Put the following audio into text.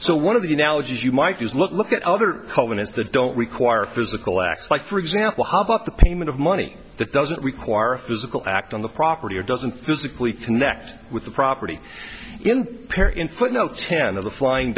so one of the analogies you might do is look at other companies that don't require physical acts like for example how about the payment of money that doesn't require a physical act on the property or doesn't physically connect with the property in pair in footnote ten of the flying